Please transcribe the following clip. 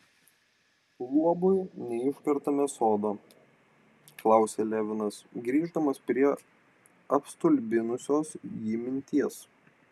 luobui neiškertame sodo klausė levinas grįždamas prie apstulbinusios jį minties